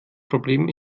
problem